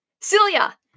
Celia